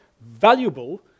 valuable